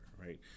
right